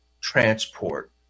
transport